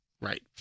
Right